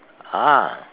ah